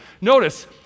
Notice